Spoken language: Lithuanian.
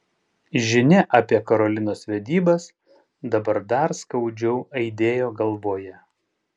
žinia apie karolinos vedybas dabar dar skaudžiau aidėjo galvoje